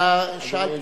מה שאלת?